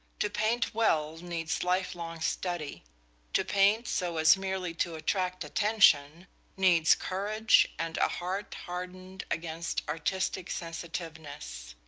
to paint well needs life-long study to paint so as merely to attract attention needs courage and a heart hardened against artistic sensitiveness.